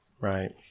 right